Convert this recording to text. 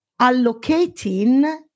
allocating